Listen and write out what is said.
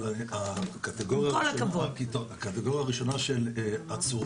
אבל הקטגוריה הראשונה של העצורים,